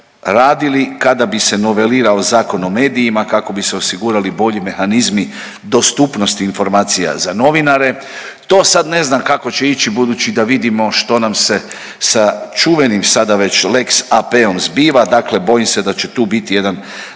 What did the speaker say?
radili kada bi se novelirao Zakon o medijima kako bi se osigurali bolji mehanizmi dostupnosti informacija za novinare. To sad ne znam kako će ići budući da vidimo što nam se sa čuvenim sada već lex AP-om zbiva dakle bojim se da će tu biti jedan